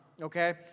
okay